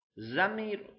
Zamir